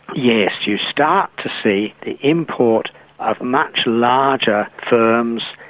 yes, you start to see the import of much larger firms,